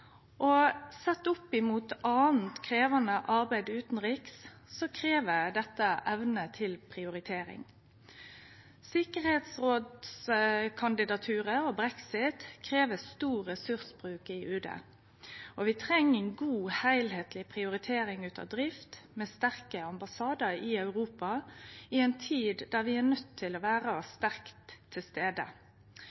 og økonomi. Sett opp mot anna krevjande arbeid utanriks, krev det evne til prioritering. Kandidaturet til FNs tryggingsråd og brexit krev stor ressursbruk i UD. Vi treng ei god heilskapleg prioritering av drift, med sterke ambassadar i Europa i ei tid der vi er nøydde til å